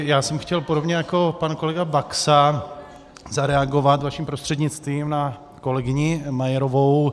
Já jsem chtěl podobně jako pan kolega Baxa zareagovat vaším prostřednictvím na kolegyni Majerovou.